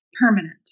permanent